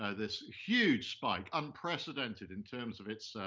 ah this huge spike, unprecedented in terms of its,